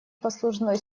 послужной